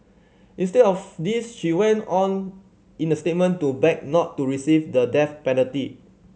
instead of this she went on in the statement to beg not to receive the death penalty